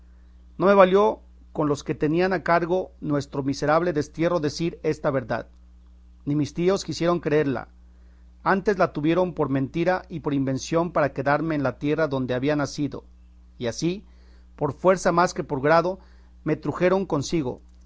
no me valió con los que tenían a cargo nuestro miserable destierro decir esta verdad ni mis tíos quisieron creerla antes la tuvieron por mentira y por invención para quedarme en la tierra donde había nacido y así por fuerza más que por grado me trujeron consigo